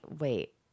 wait